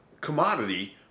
commodity